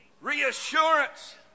Reassurance